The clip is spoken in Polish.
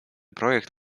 projekt